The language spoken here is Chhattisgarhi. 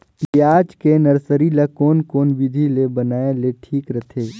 पियाज के नर्सरी ला कोन कोन विधि ले बनाय ले ठीक रथे?